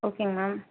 ஓகேங்க மேம்